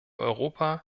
europa